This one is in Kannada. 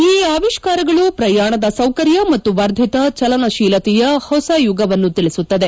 ಈ ಆವಿಷ್ಠಾರಗಳು ಪ್ರಯಾಣದ ಸೌಕರ್ಯ ಮತ್ತು ವರ್ಧಿತ ಚಲನಶೀಲತೆಯ ಹೊಸ ಯುಗವನ್ನು ತಿಳಿಸುತ್ತದೆ